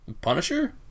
Punisher